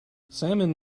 salmon